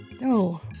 No